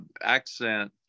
accent